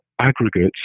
aggregates